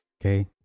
Okay